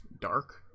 dark